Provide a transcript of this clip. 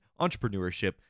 entrepreneurship